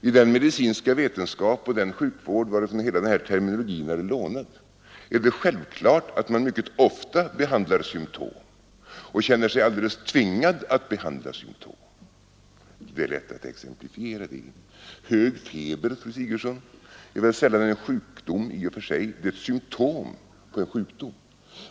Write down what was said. I den medicinska vetenskap och den älvklart att man mycket ofta behandlar symtom och känner sig alldeles tvingad att göra det. Det är lätt att exemplifiera det. Hög feber, fru Sigurdsen, är sällan en sjukdom i och för sig; det är ett symtom på en sjukdom.